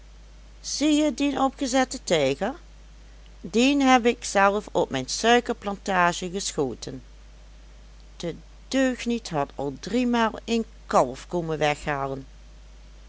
zie je dien opgezetten tijger dien heb ik zelf op mijn suikerplantage geschoten de deugniet had al driemaal een kalf komen weghalen